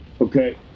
Okay